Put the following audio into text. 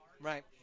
right